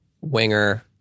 Winger